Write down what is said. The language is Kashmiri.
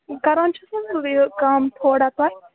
کَران چھُس یہِ کَم تھوڑا تۄہہِ